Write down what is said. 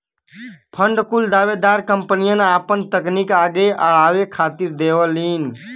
fund कुल दावेदार कंपनियन आपन तकनीक आगे अड़ावे खातिर देवलीन